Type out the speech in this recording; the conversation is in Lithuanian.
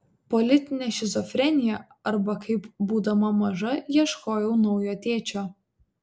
politinė šizofrenija arba kaip būdama maža ieškojau naujo tėčio